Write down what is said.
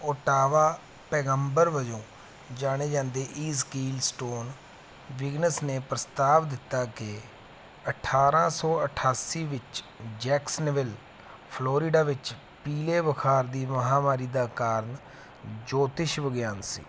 Ottawa ਪੈਗੰਬਰ ਵਜੋਂ ਜਾਣੇ ਜਾਂਦੇ ਈਜ਼ਕੀਲ ਸਟੋਨ ਵਿਗਿਨਸ ਨੇ ਪ੍ਰਸਤਾਵ ਦਿੱਤਾ ਕਿ ਅਠਾਰਾਂ ਸੌ ਅਠਾਸੀ ਵਿੱਚ ਜੈਕਸਨਵਿਲ ਫਲੋਰੀਡਾ ਵਿੱਚ ਪੀਲੇ ਬੁਖ਼ਾਰ ਦੀ ਮਹਾਂਮਾਰੀ ਦਾ ਕਾਰਨ ਜੋਤਿਸ਼ ਵਿਗਿਆਨ ਸੀ